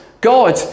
God